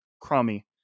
crummy